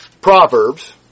Proverbs